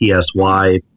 PSY